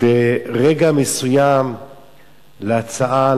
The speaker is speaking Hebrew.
ברגע מסוים להצעה,